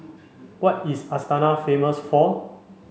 what is Astana famous for